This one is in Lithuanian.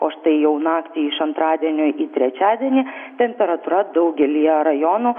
o štai jau naktį iš antradienio į trečiadienį temperatūra daugelyje rajonų